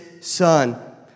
Son